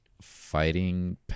fighting